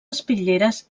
espitlleres